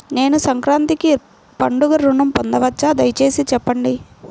నేను సంక్రాంతికి పండుగ ఋణం పొందవచ్చా? దయచేసి చెప్పండి?